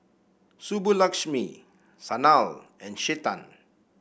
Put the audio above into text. Subbulakshmi Sanal and Chetan